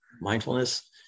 mindfulness